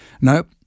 nope